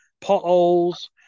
potholes